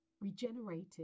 regenerated